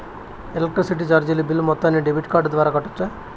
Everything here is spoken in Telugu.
ఎలక్ట్రిసిటీ చార్జీలు బిల్ మొత్తాన్ని డెబిట్ కార్డు ద్వారా కట్టొచ్చా?